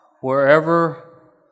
wherever